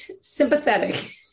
sympathetic